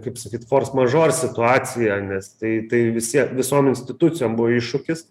kaip sakyt fors mažor situacija nes tai tai vis tiek visom institucijom buvo iššūkis